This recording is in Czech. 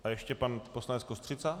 A ještě pan poslanec Kostřica?